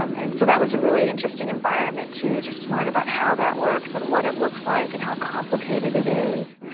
um and so that was a really interesting environment too. just to learn about how that works and what it looks like and how complicated it is.